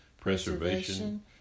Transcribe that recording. preservation